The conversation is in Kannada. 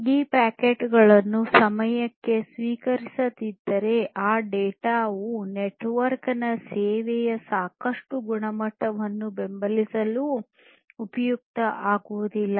ಈ ಪ್ಯಾಕೆಟ್ಗಳನ್ನು ಸಮಯಕ್ಕೆ ಸ್ವೀಕರಿಸದಿದ್ದರೆ ಆ ಡೇಟಾವು ನೆಟ್ವರ್ಕ್ ನ ಸೇವೆಯ ಸಾಕಷ್ಟು ಗುಣಮಟ್ಟವನ್ನು ಬೆಂಬಲಿಸಲು ಉಪಯುಕ್ತ ಆಗುವುದಿಲ್ಲ